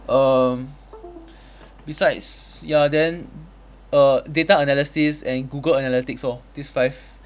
um besides ya then err data analysis and google analytics lor these five